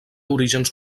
orígens